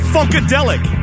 Funkadelic